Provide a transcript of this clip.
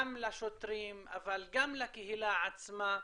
גם לשוטרים, אבל גם לקהילה עצמה,